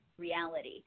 reality